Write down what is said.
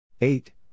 eight